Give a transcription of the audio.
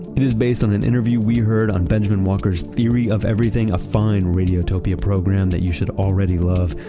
it is based on an interview we heard on benjamen walker's theory of everything, a fine radiotopia program that you should already love.